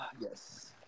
Yes